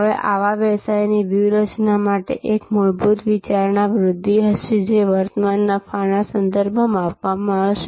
હવે આવા વ્યવસાયની કિંમત વ્યૂહરચના માટે એક મૂળભૂત વિચારણા વૃદ્ધિ હશે જે વર્તમાન નફાના સંદર્ભમાં માપવામાં આવશે